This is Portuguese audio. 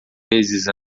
vezes